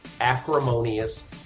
acrimonious